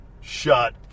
Shut